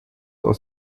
aus